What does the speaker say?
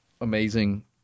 amazing